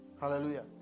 hallelujah